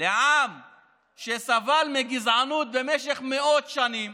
עם שסבל מגזענות במשך מאות שנים